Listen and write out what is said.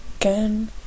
again